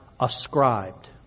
Ascribed